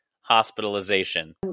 hospitalization